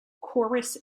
chorus